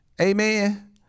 amen